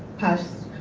pass